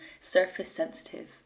surface-sensitive